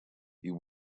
you